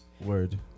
Word